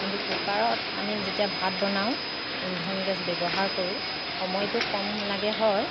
কিন্তু কুকাৰত আমি যেতিয়া ভাত বনাওঁ ইন্ধন গেছ ব্যৱহাৰ কৰোঁ সময়টো কম লাগে হয়